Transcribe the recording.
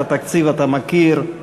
את התקציב אתה מכיר,